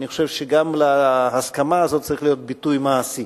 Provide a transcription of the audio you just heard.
אני חושב שלהסכמה הזאת צריך להיות ביטוי מעשי.